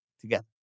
together